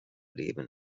leben